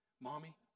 Mommy